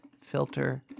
filter